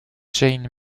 jane